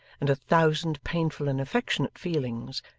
and a thousand painful and affectionate feelings,